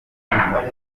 bwa